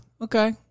okay